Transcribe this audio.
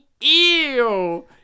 ew